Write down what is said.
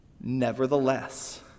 Nevertheless